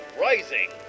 Rising